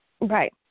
right